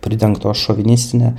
pridengtos šovinistine